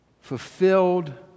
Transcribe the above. fulfilled